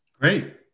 Great